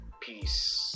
Peace